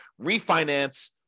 refinance